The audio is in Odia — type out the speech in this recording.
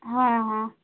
ହଁ ହଁ